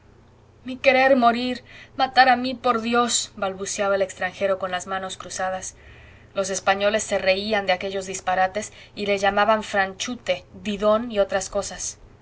mí querer morir matar a mi por dios balbuceaba el extranjero con las manos cruzadas los españoles se reían de aquellos disparates y le llamaban franchute didon y otras cosas